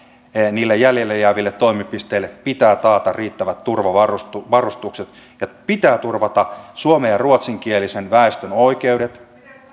niille jäljelle jääville toimipisteille pitää taata riittävät turvavarustukset ja pitää turvata suomen ja ruotsinkielisen väestön oikeudet